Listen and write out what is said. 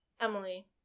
Emily